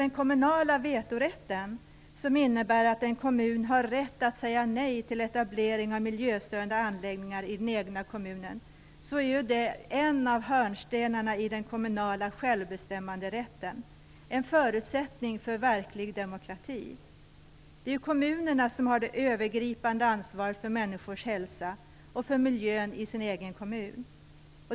Den kommunala vetorätten, som innebär att en kommun har rätt att säga nej till etablering av miljöstörande anläggningar i den egna kommunen, är en av hörnstenarna i den kommunala självbestämmanderätten, vilken är en förutsättning för verklig demokrati. Det är kommunerna som har det övergripande ansvaret för människors hälsa och för miljön i den egna kommunen.